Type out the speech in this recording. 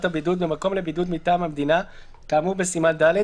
הבידוד במקום לבידוד מטעם המדינה כאמור בסימן ד',